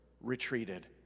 retreated